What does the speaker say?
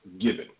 given